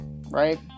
right